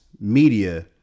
media